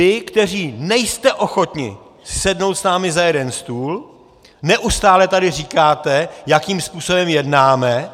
Vy, kteří nejste ochotni si sednout s námi za jeden stůl, neustále tady říkáte, jakým způsobem jednáme.